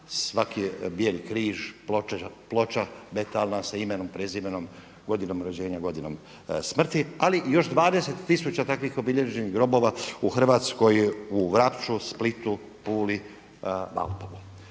svaki je bijeli križ, ploča metalna sa imenom i prezimenom, godinom rođenja, godinom smrti. Ali još 20 tisuća takvih obilježenih grobova u Hrvatskoj u Vrapču, Splitu, Puli, Valpovu.